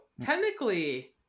Technically